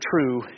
true